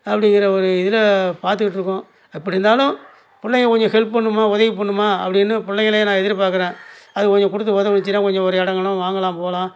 அப்படிங்கிற ஒரு இதில் பார்த்துக்கிட்டு இருக்கோம் எப்படி இருந்தாலும் பிள்ளைங்க கொஞ்சம் ஹெல்ப் பண்ணுமா உதவி பண்ணுமா அப்படின்னு பிள்ளைங்கள நான் எதிர்பார்க்கறேன் அது கொஞ்சம் கொடுத்து உதவுனுச்சின்னா கொஞ்சம் ஒரு எடம் கிடம் வாங்கலாம் போகலாம்